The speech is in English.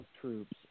troops